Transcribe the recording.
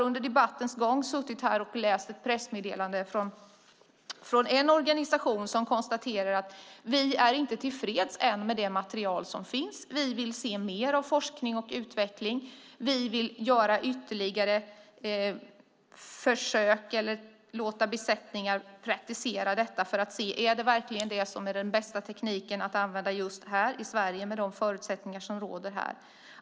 Under debatten nu har jag suttit och läst ett pressmeddelande från en organisation som konstaterar: Vi är inte tillfreds ännu med det material som finns. Vi vill se mer av forskning och utveckling. Vi vill låta besättningar praktisera detta för att se om det verkligen är den bästa tekniken att använda i Sverige med de förutsättningar som råder här.